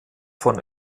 von